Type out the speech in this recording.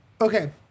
Okay